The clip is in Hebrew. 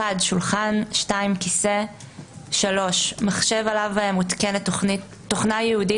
שולחן; כיסא; מחשב עליו מותקנת תוכנה ייעודית